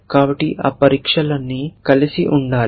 కాబట్టి ఆ పరీక్షలన్నీ కలిసి ఉండాలి